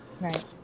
right